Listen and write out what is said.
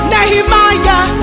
Nehemiah